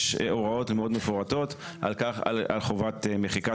יש הוראות מאוד מפורטות על חובת מחיקת